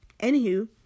Anywho